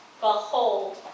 Behold